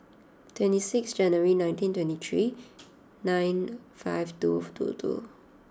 twenty six January nineteen twenty three nine five two two two